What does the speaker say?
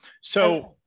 So-